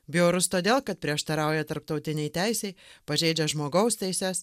bjaurus todėl kad prieštarauja tarptautinei teisei pažeidžia žmogaus teises